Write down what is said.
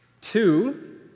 Two